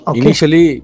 initially